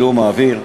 זיהום האוויר.